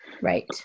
Right